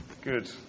Good